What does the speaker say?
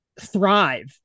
thrive